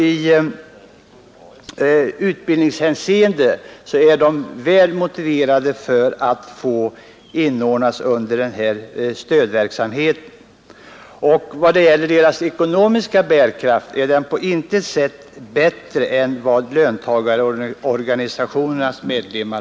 I utbildningshänseende är det alltså väl motiverat att de inordnas under den här stödverksamheten. Den ekonomiska bärkraften är på intet sätt bättre än hos löntagarorganisationernas medlemmar.